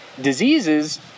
diseases